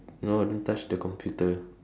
no don't touch the computer